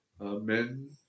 amen